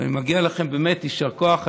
ומגיע לכן באמת יישר כוח עצום.